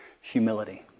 humility